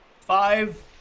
Five